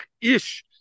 ish